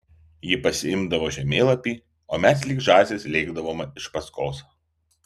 ji pasiimdavo žemėlapį o mes lyg žąsys lėkdavome iš paskos